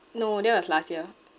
no that was last year